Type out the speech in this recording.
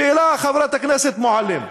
שאלה, חברת הכנסת מועלם: